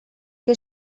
que